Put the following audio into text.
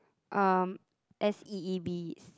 um S E E B